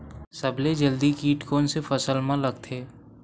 सबले जल्दी कीट कोन से फसल मा लगथे?